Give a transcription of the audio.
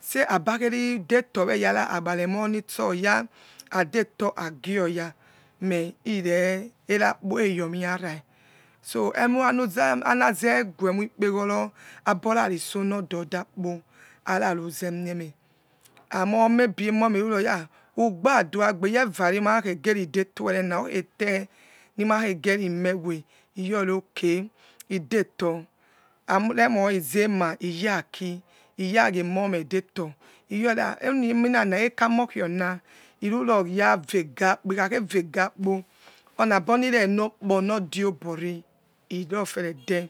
say abakheri detur weyana agbaraemontsoya adetoor agroya men tre erakpoeyome a aravi so emo sanuze anaze kheguemor ikpegions aborarios nododakpo avaruzemse men amo maybe emomeh you ha ugbadua gbe yevare magerideto evene okhete nimakhejieri me we yori okay deto avemor zema yakilyagiems me debor yori onieminina ekamokina irurogavega ikhakhevegatipo nabonire nokpo nodio obore irofierede.